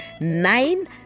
nine